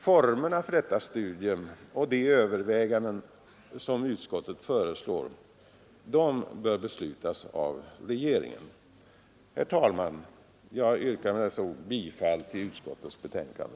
Formerna för detta studium och de överväganden som utskottet föreslår bör beslutas av regeringen. Herr talman! Jag yrkar med dessa ord bifall till utskottets betänkande.